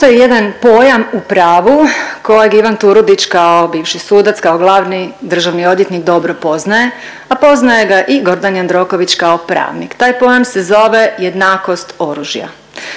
Postoji jedan pojam kojeg Ivan Turudić kao bivši sudac, kao glavni državni odvjetnik dobro poznaje, a poznaje ga i Gordan Jandroković kao pravnik. Taj plan se zove jednakost oružja.